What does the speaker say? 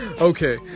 okay